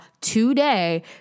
today